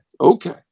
okay